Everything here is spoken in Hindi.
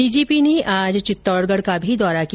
डीजीपी ने आज चित्तौड़गढ का भी दौरा किया